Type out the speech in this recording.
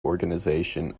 organization